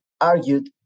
argued